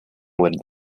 would